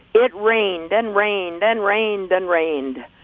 but rained and rained and rained and rained.